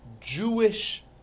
Jewish